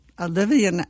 Olivia